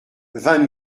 vingt